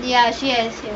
ya yes